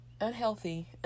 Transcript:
unhealthy